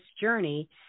journey